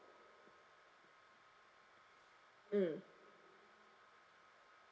mm